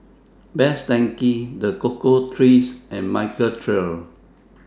Best Denki The Cocoa Trees and Michael Trio